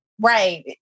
Right